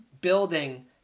building